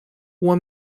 uma